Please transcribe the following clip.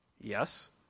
Yes